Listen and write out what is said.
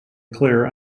clear